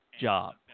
job